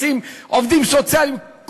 לשים עובדים סוציאליים,